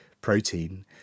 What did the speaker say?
protein